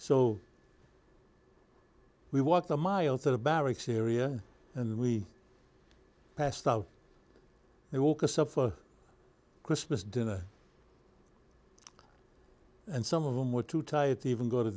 so we walked a mile to the barracks syria and we passed out they walk us up for christmas dinner and some of them were too tired to even go to